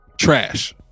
trash